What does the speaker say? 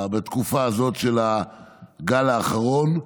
בתקופה הזאת של הגל האחרון,